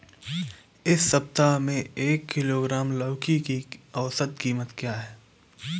इस सप्ताह में एक किलोग्राम लौकी की औसत कीमत क्या है?